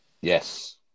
Yes